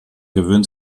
gewöhnt